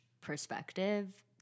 perspective